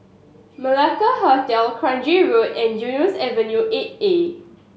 Malacca Hotel Kranji Road and Eunos Avenue Eight A